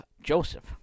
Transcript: Joseph